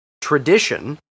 tradition